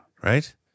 Right